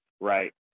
right